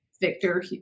victor